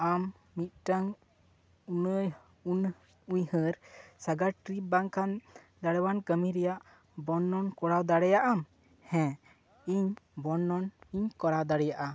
ᱟᱢ ᱢᱤᱫᱴᱟᱝ ᱩᱱᱟᱹᱭ ᱩᱱ ᱩᱭᱦᱟᱹᱨ ᱥᱟᱜᱟᱲ ᱴᱨᱤᱯ ᱵᱟᱝ ᱠᱷᱟᱱ ᱫᱟᱲᱮᱭᱟᱱ ᱠᱟᱹᱢᱤ ᱨᱮᱭᱟᱜ ᱵᱚᱨᱱᱚᱱ ᱠᱚᱨᱟᱣ ᱫᱟᱲᱮᱭᱟᱜ ᱟᱢ ᱦᱮᱸ ᱤᱧ ᱵᱚᱨᱱᱚᱱᱚᱱᱤᱧ ᱠᱚᱨᱟᱣ ᱫᱟᱲᱮᱭᱟᱜᱼᱟ